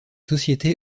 société